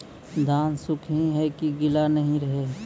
धान सुख ही है की गीला नहीं रहे?